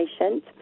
patient